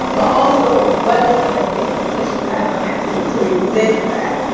but also what it's going to take to push back on that, to to resist that.